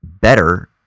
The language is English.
better